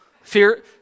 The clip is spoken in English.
fear